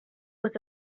was